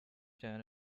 turn